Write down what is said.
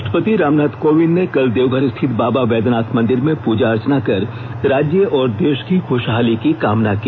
राष्ट्रपति रामनाथ कोविंद ने कल देवघर स्थित बाबा वैद्यनाथ मंदिर में पूजा अर्चना कर राज्य और देश की ख्रशहाली की कामना की